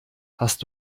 hast